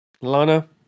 Lana